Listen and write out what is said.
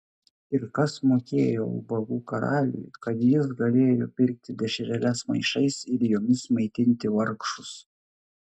ir kas mokėjo ubagų karaliui kad jis galėjo pirkti dešreles maišais ir jomis maitinti vargšus